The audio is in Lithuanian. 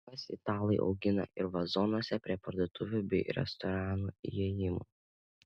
juos italai augina ir vazonuose prie parduotuvių bei restoranų įėjimų